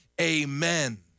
amen